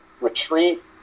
retreat